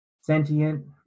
sentient